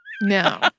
No